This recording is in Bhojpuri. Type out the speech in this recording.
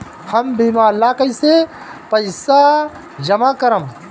हम बीमा ला कईसे पईसा जमा करम?